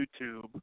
YouTube